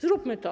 Zróbmy to.